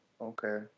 okay